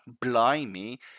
blimey